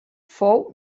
fou